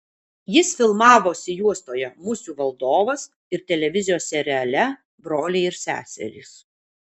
jis filmavosi juostoje musių valdovas ir televizijos seriale broliai ir seserys